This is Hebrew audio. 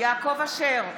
יעקב אשר,